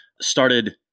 started